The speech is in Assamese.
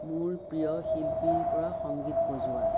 মোৰ প্ৰিয় শিল্পীৰপৰা সংগীত বজোৱা